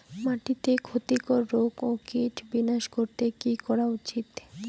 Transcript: মাটিতে ক্ষতি কর রোগ ও কীট বিনাশ করতে কি করা উচিৎ?